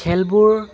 খেলবোৰ